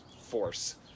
force